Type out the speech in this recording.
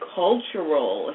cultural